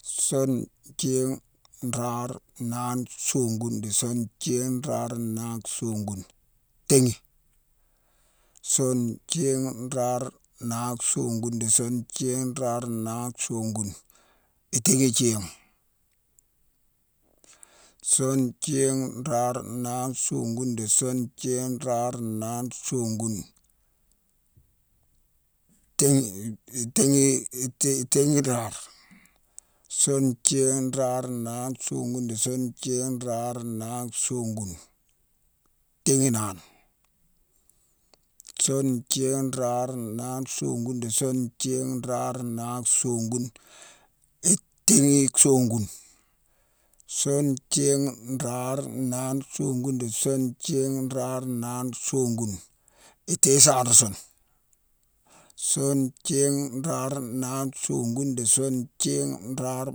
Sune, nthiigh, nraare, naane, songune, di sune thiigh, nraare, naane, songune, tééghi. Sune, nthiigh, nraare, naane, songune, di sune thiigh, nraare, naane, songune, itééghi thiigh. Sune, nthiigh, nraare, naane, songune, di sune thiigh, nraare, naane, songune, tééghi-itééghi-itééghi raare. Sune, nthiigh, nraare, naane, songune, di sune thiigh, nraare, naane, songune, itééghi naane. Sune, nthiigh, nraare, naane, songune, di sune thiigh, nraare, naane, songune, itééghi songune. Sune, nthiigh, nraare, naane, songune, di sune thiigh, nraare, naane, songune, itééghi saarasune. Sune, nthiigh, nraare, naane, songune, di sune thiigh, nraare,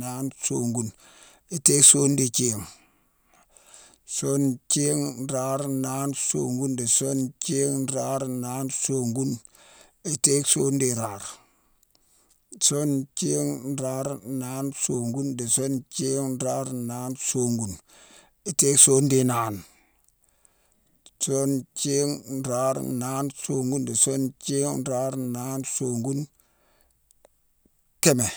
naane, songune, itééghi songune di ithiigh. Sune, nthiigh, nraare, naane, songune, di sune thiigh, nraare, naane, songune, itééghi songune di iraare. Sune, nthiigh, nraare, naane, songune, di sune thiigh, nraare, naane, songune, itééghi songune di inaane. Sune, nthiigh, nraare, naane, songune, di sune thiigh, nraare, naane, songune, kinmin.